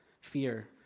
fear